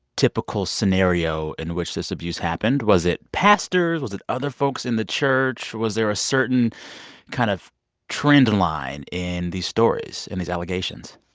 typical scenario in which this abuse happened. was it pastors? was it other folks in the church? was there a certain kind of trend and line in these stories, in these allegations?